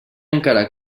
encara